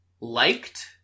liked